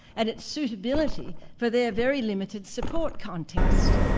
and its suitability for their very limited support context.